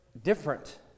different